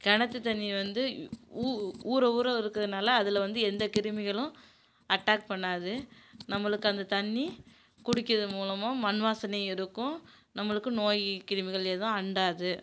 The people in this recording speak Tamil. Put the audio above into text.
கிணத்து தண்ணி வந்து உ உர உர இருக்குறதுனால் அதில் வந்து எந்த கிருமிங்களும் அட்டேக் பண்ணாது நம்மளுக்கு அந்த தண்ணி குடிக்கிறது மூலமாக மண் வாசனையும் இருக்கும் நம்மளுக்கு நோய் கிருமிகள் எதுவும் அண்டாது